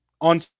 on